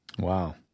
Wow